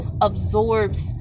absorbs